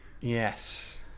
Yes